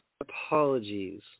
apologies